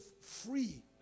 free